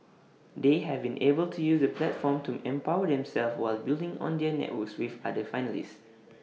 they have been able to use that platform to empower themselves while building on their networks with other finalists